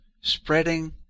spreading